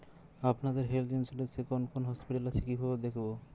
আপনাদের health insurance এ কোন কোন হসপিটাল আছে কিভাবে দেখবো?